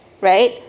right